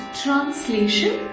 translation